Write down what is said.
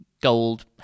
gold